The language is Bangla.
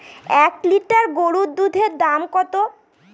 এক লিটার গরুর দুধের দাম কত?